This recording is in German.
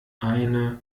eine